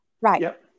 Right